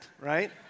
right